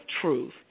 truth